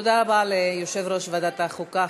תודה רבה ליושב-ראש ועדת החוקה,